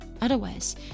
otherwise